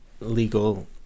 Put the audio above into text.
legal